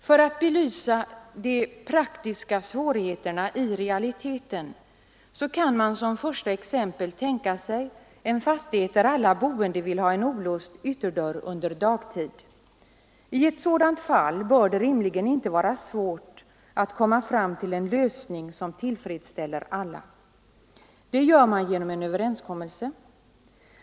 För att belysa de praktiska svårigheterna i realiteten kan man som första exempel tänka sig en fastighet där alla boende vill ha en olåst ytterdörr under dagtid. I ett sådant fall bör det rimligen inte vara svårt att komma fram till en lösning som tillfredsställer alla. Det gör man genom en överenskommelse.